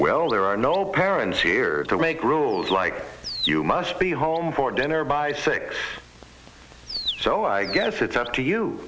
well there are no parents here to make rules like you must be home for dinner by six so i guess it's up to you